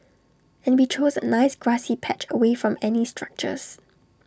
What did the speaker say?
and we chose A nice grassy patch away from any structures